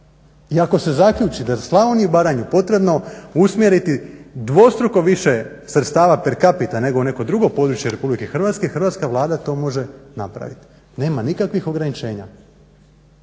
I ako se zaključi da je Slavoniju i Baranju potrebno usmjeriti dvostruko više sredstava percipira nego u neko drugo područje RH hrvatska Vlada to može napraviti, nema nikakvih ograničenja.